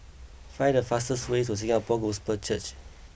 find the fastest way to Singapore Gospel Church